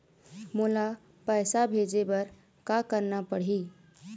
मोला पैसा भेजे बर का करना पड़ही?